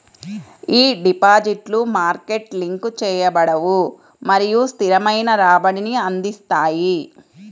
ఈ డిపాజిట్లు market link చేయబడవు మరియు స్థిరమైన రాబడిని అందిస్తాయి